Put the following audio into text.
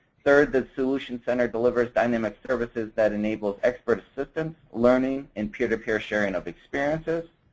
third, the solutions center delivers dynamic services that enable expert assistance, learning, and peer to peer sharing of experiences.